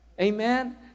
Amen